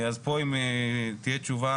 אז פה אם תהיה תשובה